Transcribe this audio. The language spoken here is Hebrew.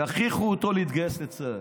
יכריחו אותו להתגייס לצה"ל.